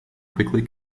quickly